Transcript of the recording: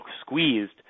squeezed